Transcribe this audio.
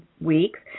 weeks